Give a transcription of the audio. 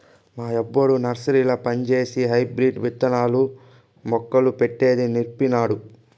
మా యబ్బొడు నర్సరీల పంజేసి హైబ్రిడ్ విత్తనాలు, మొక్కలు పెట్టేది నీర్పినాడు